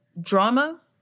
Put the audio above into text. drama